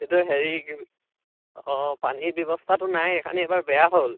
সেইটো হেৰি কি অঁ পানীৰ ব্যৱস্থাটো নাই সেইকাৰণে এইবাৰ বেয়া হ'ল